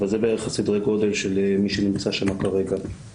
אבל זה בערך סדרי הגודל של מי שנמצא שם כרגע.